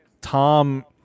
Tom